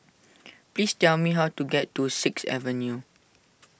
please tell me how to get to Sixth Avenue